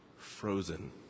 Frozen